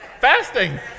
fasting